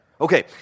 okay